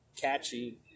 catchy